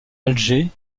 alger